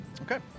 Okay